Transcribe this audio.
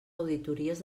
auditories